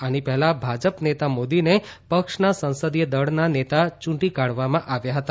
આની પહેલા ભાજપ નેતા મોદીને પક્ષના સંસદીય દળના નેતા ચુંટી કાઢવામાં આવ્યા હતા